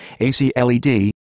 ACLED